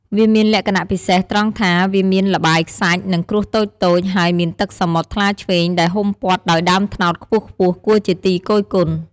វាមានលក្ខណៈពិសេសត្រង់ថាវាមានល្បាយខ្សាច់ និងគ្រួសតូចៗ ហើយមានទឹកសមុទ្រថ្លាឈ្វេងដែលហ៊ុំព័ទ្ធដោយដើមត្នោតខ្ពស់ៗគួរជាទីគយគន់។